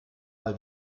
mal